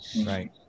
Right